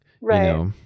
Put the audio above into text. Right